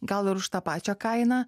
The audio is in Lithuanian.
gal ir už tą pačią kainą